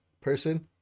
person